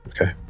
Okay